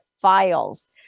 files